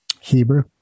Hebrew